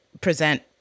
present